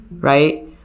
Right